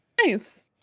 Nice